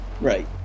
Right